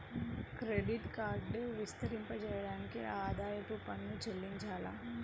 Credit card వర్తింపజేయడానికి ఆదాయపు పన్ను చెల్లించాలా?